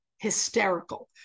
hysterical